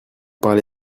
parlez